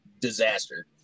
disaster